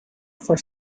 for